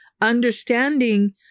understanding